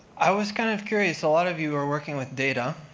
i was kind of curious, a lot of you are working with data.